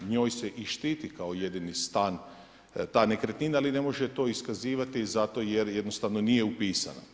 Njoj se i štiti kao jedini stan ta nekretnina, ali ne može to iskazivati zato jer jednostavno nije upisana.